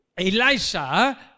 Elijah